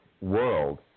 world